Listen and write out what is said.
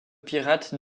pirates